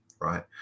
right